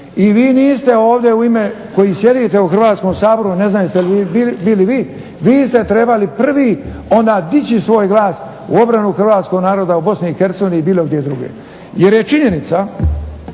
I vi niste ovdje u ime koji sjedite u Hrvatskom saboru, ne znam jeste li bili vi, vi ste trebali prvi onda dići svoj glas u obranu Hrvatskog naroda u Bosni i Hercegovini i bilo gdje drugdje. Jer je činjenica